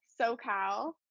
SoCal